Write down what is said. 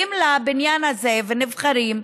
כשמגיעים לבניין הזה ונבחרים,